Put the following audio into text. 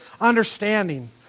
understanding